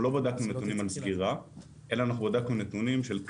נתונים של כמה זמן מגיע עד להשקעה הראשונה.